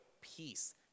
peace